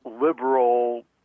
liberal